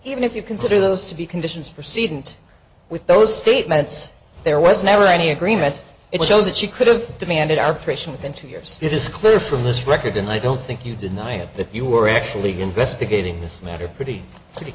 even if you consider those to be conditions for see didn't with those statements there was never any agreement it shows that she could have demanded arbitration in two years it is clear from this record and i don't think you deny it that you were actually investigating this matter pretty pretty